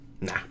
Nah